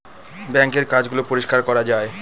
বাঙ্কের কাজ গুলো পরিষ্কার করা যায়